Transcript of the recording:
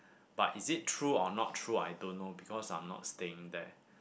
but is it true or not true I don't know because I'm not staying there